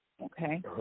Okay